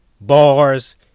bars